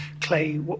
clay